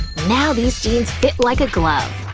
now these jeans fit like a glove!